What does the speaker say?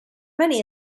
many